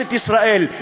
כנסת ישראל,